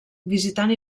visitant